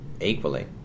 equally